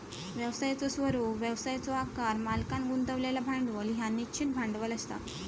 व्यवसायाचो स्वरूप, व्यवसायाचो आकार, मालकांन गुंतवलेला भांडवल ह्या निश्चित भांडवल असा